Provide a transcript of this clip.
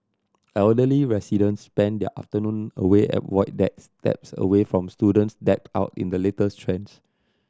elderly residents spend their afternoon away at void decks steps away from students decked out in the latest trends